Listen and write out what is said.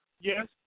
Yes